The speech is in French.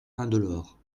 indolore